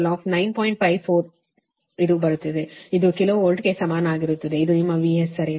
540 ಇದು ಬರುತ್ತಿದೆ ಇದು ಕಿಲೋ ವೋಲ್ಟ್ಗೆ ಸಮಾನವಾಗಿರುತ್ತದೆ ಇದು ನಿಮ್ಮ VS ಸರಿನಾ